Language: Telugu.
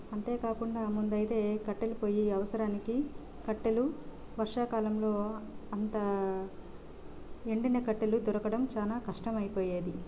అంతేకాకుండా ముందైతే కట్టెల పొయ్యి అవసరానికి కట్టెలు వర్షాకాలంలో అంత ఎండిన కట్టెలు దొరకడం చాలా కష్టమైపోయేది